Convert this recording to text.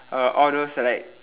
uh all those like